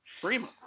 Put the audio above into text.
Freeman